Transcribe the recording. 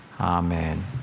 Amen